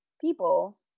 people